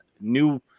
new